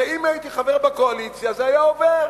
הרי אם הייתי חבר בקואליציה זה היה עובר.